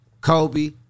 Kobe